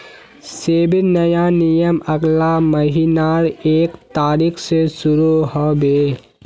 सेबीर नया नियम अगला महीनार एक तारिक स शुरू ह बे